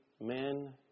men